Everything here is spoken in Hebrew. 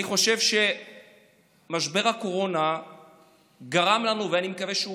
אני חושב שמשבר הקורונה גרם לנו, ואני מקווה שהוא